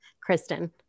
Kristen